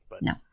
No